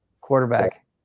Quarterback